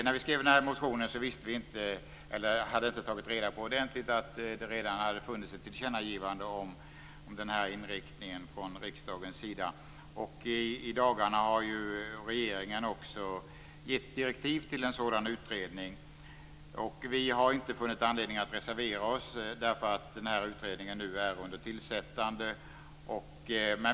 När vi skrev motionen hade vi inte ordentligt tagit reda på att det redan getts ett tillkännagivande med denna inriktning från riksdagens sida. I dagarna har regeringen också gett direktiv till en sådan utredning. Vi har inte funnit anledning att reservera oss, eftersom denna utredning nu är under tillsättande.